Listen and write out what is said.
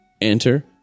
enter